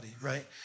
right